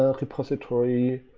ah repository.